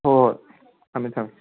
ꯍꯣꯏ ꯊꯝꯃꯦ ꯊꯝꯃꯦ